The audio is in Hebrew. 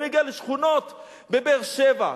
כשאני מגיע לשכונות בבאר-שבע,